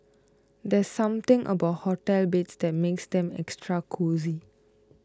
there's something about hotel beds that makes them extra cosy